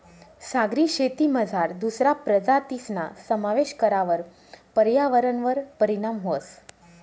सागरी शेतीमझार दुसरा प्रजातीसना समावेश करावर पर्यावरणवर परीणाम व्हस